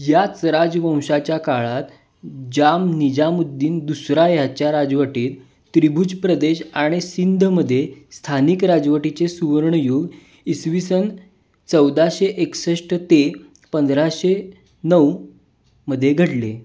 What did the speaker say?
याच राजवंशाच्या काळात जाम निजामुद्दीन दुसरा याच्या राजवटीत त्रिभुज प्रदेश आणि सिंधमध्ये स्थानिक राजवटीचे सुवर्णयुग इसवी सन चौदाशे एकसष्ट ते पंधराशे नऊ मध्ये घडले